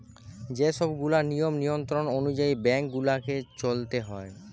যে সব গুলা নিয়ম নিয়ন্ত্রণ অনুযায়ী বেঙ্ক গুলাকে চলতে হয়